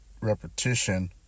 repetition